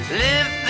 live